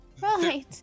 Right